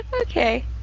Okay